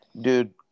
Dude